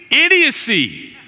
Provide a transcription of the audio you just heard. idiocy